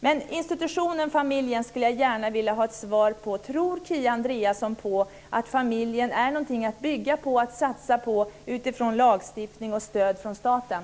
Jag skulle gärna vilja ha ett svar när det gäller institutionen familjen: Tror Kia Andreasson att familjen är någonting att bygga på och satsa på utifrån lagstiftning och stöd från staten?